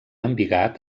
embigat